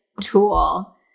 tool